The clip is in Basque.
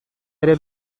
ere